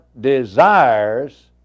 desires